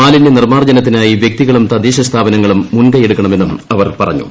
മാലിന്യ നിർമ്മാർജ്ജനത്തിനായി വ്യക്തികളും തദ്ദേശസ്ഥാപന ങ്ങളും മുൻകയ്യെടുക്കണമെന്നും അവർ പറഞ്ഞു